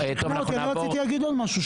אני רציתי להגיד עוד משהו.